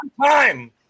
time